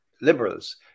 liberals